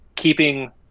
keeping